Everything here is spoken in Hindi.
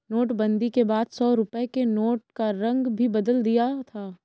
नोटबंदी के बाद सौ रुपए के नोट का रंग भी बदल दिया था